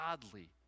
godly